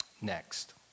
next